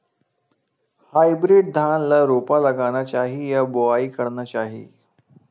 Hybrid धान ल रोपा लगाना चाही या बोआई करना चाही?